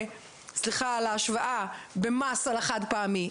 סליחה על ההשוואה במס על החד-פעמי,